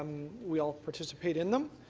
we all participate in them.